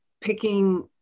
picking